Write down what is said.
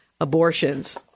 abortions